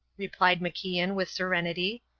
replied macian with serenity.